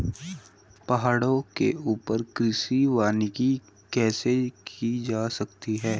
पहाड़ों के ऊपर कृषि वानिकी कैसे की जा सकती है